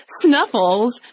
Snuffles